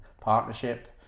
partnership